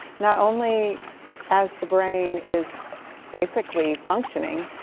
not only as the brain is basically functioning,